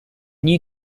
new